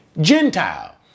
Gentile